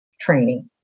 training